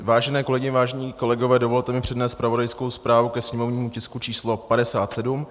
Vážené kolegyně, vážení kolegové, dovolte mi přednést zpravodajskou zprávu ke sněmovnímu tisku číslo 57.